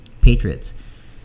Patriots